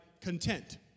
content